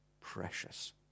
precious